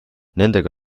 nendega